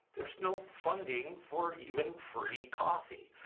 there's no funding for even free coffee.